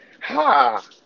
Ha